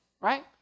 right